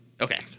Okay